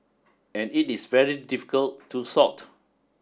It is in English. and it is very difficult to sort